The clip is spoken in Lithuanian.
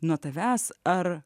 nuo tavęs ar